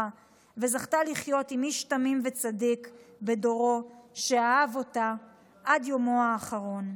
וזכתה לחיות עם איש תמים וצדיק בדורו שאהב אותה עד יומו האחרון.